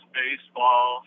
baseball